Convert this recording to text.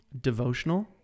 devotional